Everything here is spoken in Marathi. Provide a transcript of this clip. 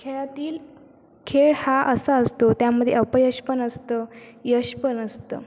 खेळातील खेळ हा असा असतो त्यामध्ये अपयश पण असतं यश पण असतं